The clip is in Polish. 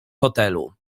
hotelu